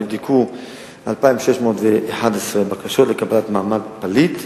נבדקו 2,611 בקשות לקבלת מעמד פליט.